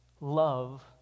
love